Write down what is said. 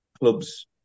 clubs